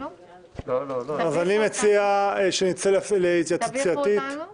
אני מציע שנצא להתייעצות סיעתית